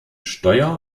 steuer